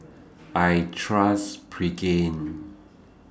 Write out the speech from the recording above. I Trust Pregain